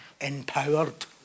Empowered